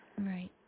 Right